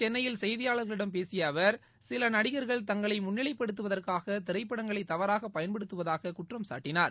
சென்னையில் செய்தியாளர்களிடம் பேசிய அவர் சில நடிகர்கள் தங்களை இன்று முன்னிலைப்படுத்துவதற்காக திரைப்படங்களை தவறாக பயன்படுத்தவதாகக் குற்றம்சாட்டினார்